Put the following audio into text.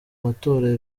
matora